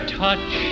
touch